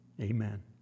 Amen